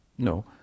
No